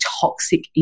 toxic